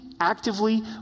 actively